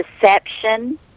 deception